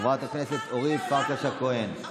חברת הכנסת אורית פרקש הכהן,